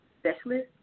specialist